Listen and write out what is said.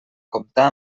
comptà